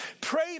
Pray